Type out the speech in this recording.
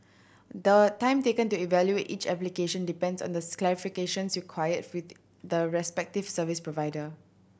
the time taken to evaluate each application depends on the clarifications required with the respective service provider